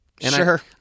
Sure